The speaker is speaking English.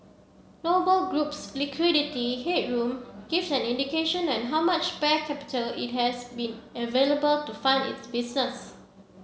Noble Group's liquidity headroom gives an indication an how much spare capital it has been available to fund its business